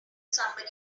somebody